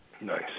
Nice